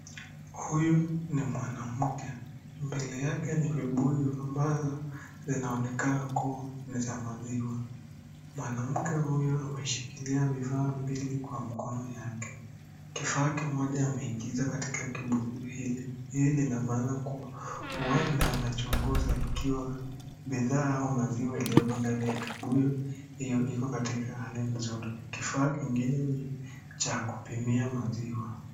Huyu ni mwanamke. Mbele yake ni vibuyu ambavyo vinaonekana kuwa ni za maziwa. Mwanamke huyo ameshikilia vifaa mbili kwa mkono yake. Kifaa kimoja ameingiza katika kibuyu hili. Hili lina maana kuwa huenda anachunguza ikiwa bidhaa au maziwa yaliyoko ndani ya kibuyu hiyo iko katika hali nzuri. Kifaa kingine ni cha kupimia maziwa.